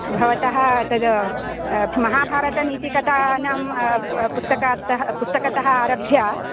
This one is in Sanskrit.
भवतः तद् महाभारतनीतिकथानां पुस्तकात्तः पुस्तकतः आरभ्य